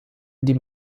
die